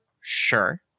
Sure